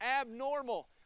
abnormal